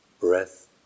breath